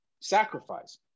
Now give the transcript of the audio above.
Sacrifice